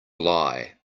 lie